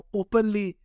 openly